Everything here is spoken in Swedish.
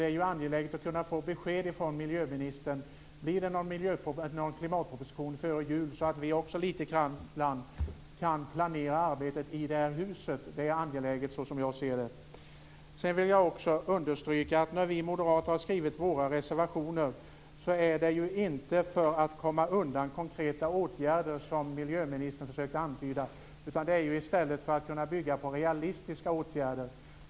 Det är angeläget att kunna få besked från miljöministern om det blir någon klimatproposition före jul. Också vi måste ju lite grann kunna planera arbetet i detta hus. Som jag ser saken är detta angeläget. Sedan vill jag understryka att när vi moderater skrivit våra reservationer har vi inte gjort det för att komma undan konkreta åtgärder, vilket miljöministern försökte antyda. I stället handlar det om att kunna bygga det hela på realistiska åtgärder.